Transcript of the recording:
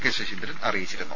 K Saseendran അറിയിച്ചിരുന്നു